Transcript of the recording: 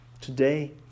today